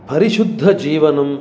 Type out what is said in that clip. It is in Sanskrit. परिशुद्धजीवनं